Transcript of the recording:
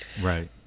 Right